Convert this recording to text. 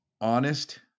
honest